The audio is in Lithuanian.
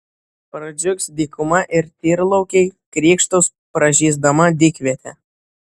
pradžiugs dykuma ir tyrlaukiai krykštaus pražysdama dykvietė